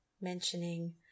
Mentioning